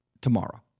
tomorrow